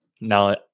now